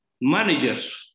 managers